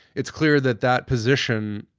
it's clear that that position,